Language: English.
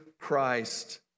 Christ